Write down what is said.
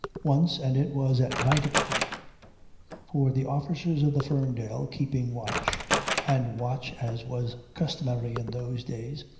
once and it was at night again for the officers of the ferndale keeping watch and watch as was customary in those days,